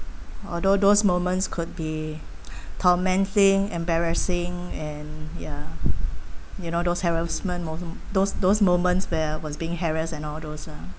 although those moments could be tormenting embarrassing and ya you know those harassment also those those moments where I was being harassed and all those lah